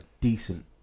decent